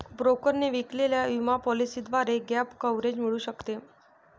ब्रोकरने विकलेल्या विमा पॉलिसीद्वारे गॅप कव्हरेज मिळू शकते